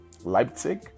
Leipzig